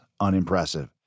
unimpressive